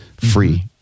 free